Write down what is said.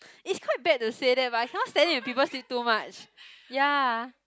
is quite bad to say that but I cannot stand it when people sleep too much ya